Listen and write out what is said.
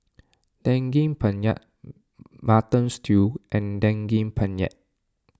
Daging Penyet Mutton Stew and Daging Penyet